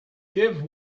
give